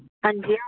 हां जी हां